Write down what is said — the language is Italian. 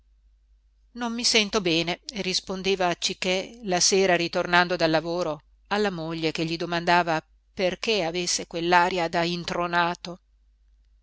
non mi sento bene rispondeva cichè la sera ritornando dal lavoro alla moglie che gli domandava perché avesse quell'aria da intronato